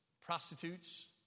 prostitutes